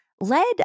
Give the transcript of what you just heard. led